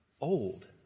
old